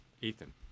Ethan